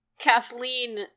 Kathleen